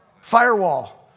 Firewall